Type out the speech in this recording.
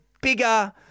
bigger